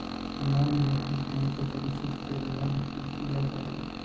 Non banking financial services से loan लिया जाबे?